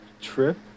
trip